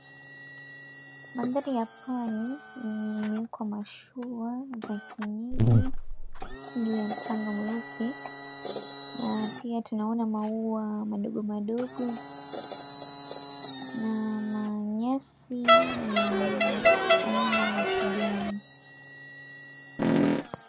Mandhari ya pwani yenye iko mashua za kienyeji juu ya mchanga mweupe na pia tunaona maua madogo madogo na manyasi ya aina ya kijani.